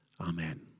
Amen